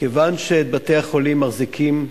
כיוון שאת בתי-החולים מחזיקים,